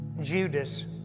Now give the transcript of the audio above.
Judas